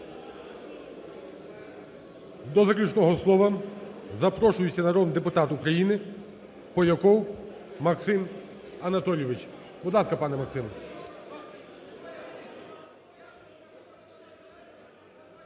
До заключного слова запрошується народний депутат України Поляков Максим Анатолійович. Будь ласка, пане Максиме.